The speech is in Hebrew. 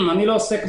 יש פה